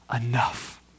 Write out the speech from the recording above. enough